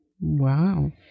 Wow